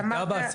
לשחרר אותם.